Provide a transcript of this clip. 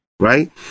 Right